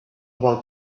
about